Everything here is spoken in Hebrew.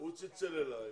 חבר טלפוני.